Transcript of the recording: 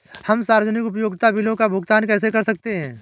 हम सार्वजनिक उपयोगिता बिलों का भुगतान कैसे कर सकते हैं?